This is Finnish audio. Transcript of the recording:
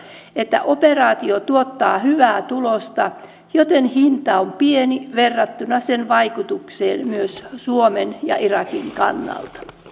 että operaatio tuottaa hyvää tulosta joten hinta on pieni verrattuna sen vaikutukseen myös suomen ja irakin kannalta